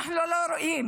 אנחנו לא רואים.